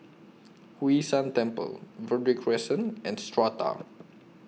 Hwee San Temple Verde Crescent and Strata